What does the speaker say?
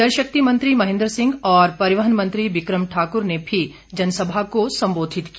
जल शक्ति मंत्री महेंद्र सिंह और परिवहन मंत्री बिक्रम ठाकुर ने भी जनसभा को संबोधित किया